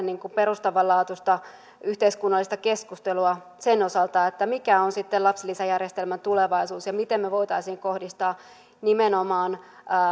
perustavanlaatuista yhteiskunnallista keskustelua sen osalta että mikä on sitten lapsilisäjärjestelmän tulevaisuus ja miten me voisimme kohdistaa